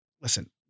listen